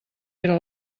era